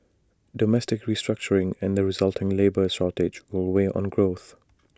domestic restructuring and the resulting labour shortage will weigh on growth